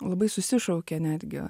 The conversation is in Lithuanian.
labai susišaukia netgi